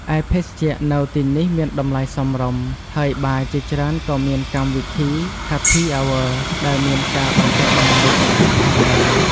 ឯភេសជ្ជៈនៅទីនេះមានតម្លៃសមរម្យ ហើយបារជាច្រើនក៏មានកម្មវិធី ហេភី អោវើន៍ (Happy Hour) ដែលមានការបញ្ចុះតម្លៃពិសេសផងដែរ។